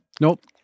Nope